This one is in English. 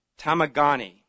Tamagani